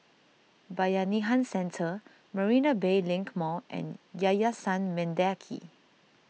Bayanihan Centre Marina Bay Link Mall and Yayasan Mendaki